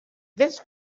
this